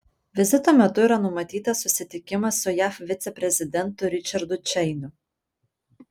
vizito metu yra numatytas susitikimas su jav viceprezidentu ričardu čeiniu